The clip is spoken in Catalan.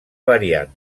variant